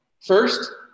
First